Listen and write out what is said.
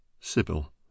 Sibyl